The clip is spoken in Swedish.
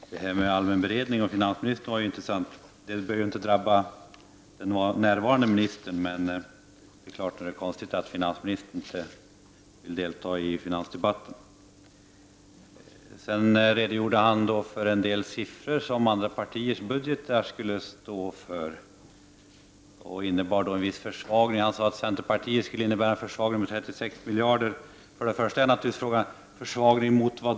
Herr talman! Det här med allmän beredning och finansministern var intressant. Det behöver inte gälla den närvarande ministern, men nog är det konstigt att finansministern inte vill delta i finansdebatten. Erik Åsbrink redogjorde för en del siffror från andra partiers budgetförslag, som skulle innebära en viss försvagning. Han sade att centerns förslag skulle innebära en försvagning på 36 miljarder. Frågan är naturligtvis: Försvagning jämfört med vad?